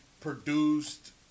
produced